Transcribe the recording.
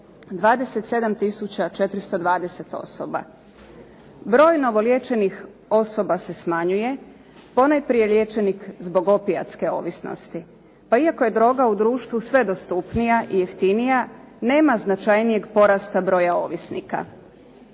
420 osoba. Broj novoliječenih osoba se smanjuje, ponajprije liječenih zbog opijatske ovisnosti. Pa iako je droga u društvu sve dostupnija i jeftinija nema značajnijeg porasta broja ovisnika.